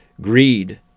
greed